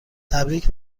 تبریک